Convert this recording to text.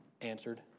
answered